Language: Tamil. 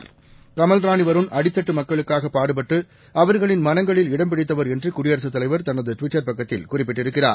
கமல்ராணிவருண் அடித்தட்டுமக்களுக்காகபாடுபட்டுஅவர்களின்மனங்களில்இ டம்பிடித்தவர்என்றுகுடியரசுதலைவர்தனதுட்விட்டர்பக்கத்தி ல்குறிப்பிட்டிருக்கிறார்